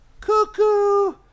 cuckoo